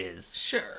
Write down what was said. Sure